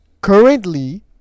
Currently